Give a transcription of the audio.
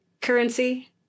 currency